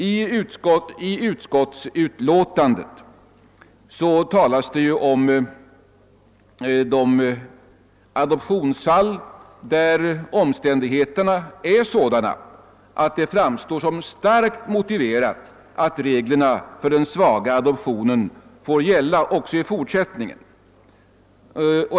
I utskottsutlåtandet framhålles att det finns adoptionsfall där omständigheterna är sådana att det framstår som starkt motiverat att reglerna för den svaga adoptionen får gälla också i fortsättningen.